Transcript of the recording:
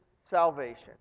salvation